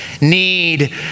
need